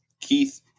Keith